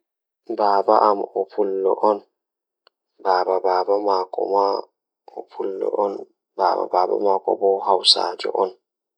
Jangoowo e jangoɓe am waɗi Pulaar e Hausa. Eɓe waɗi ko ɗum naange am, ngam ko hoore ngal e leydi ɗiɗi ngal.